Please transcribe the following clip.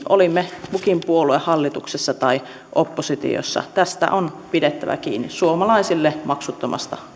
olimmepa kukin puolue hallituksessa tai oppositiossa tästä on pidettävä kiinni suomalaisille maksuttomasta